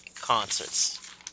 concerts